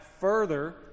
further